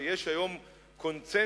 שיש היום קונסנזוס,